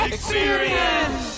Experience